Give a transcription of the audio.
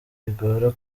bigora